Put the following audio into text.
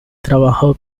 trabajó